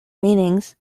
meanings